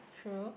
true